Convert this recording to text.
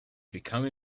become